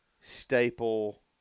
staple